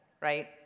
right